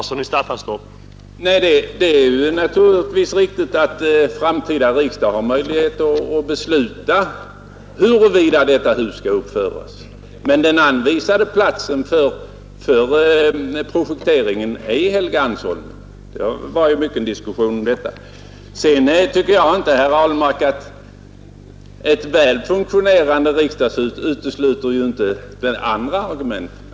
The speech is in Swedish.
Herr talman! Det är naturligtvis riktigt att framtida riksdagar har möjlighet att besluta huruvida ett nytt hus skall uppföras, men den anvisade platsen för projekteringen är Helgeandsholmen; det har ju varit mycken diskussion om detta tidigare. Jag tycker inte, herr Ahlmark, att ett väl fungerande riksdagshus utesluter de andra fördelar som jag nämnde.